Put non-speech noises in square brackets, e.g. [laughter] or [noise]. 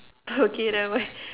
[laughs] okay never mind